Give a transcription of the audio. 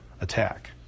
attack